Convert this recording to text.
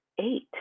eight